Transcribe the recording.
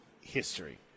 history